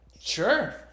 sure